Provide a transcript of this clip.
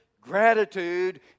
gratitude